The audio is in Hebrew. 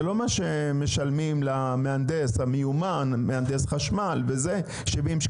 זה לא מה שמשלמים למהנדס המיומן 70 שקלים.